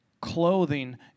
clothing